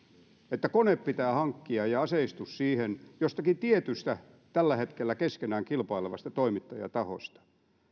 että koneet ja aseistus niihin pitää hankkia jostakin tietystä tällä hetkellä keskenään kilpailevista toimittajatahoista